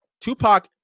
Tupac